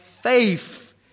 faith